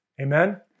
Amen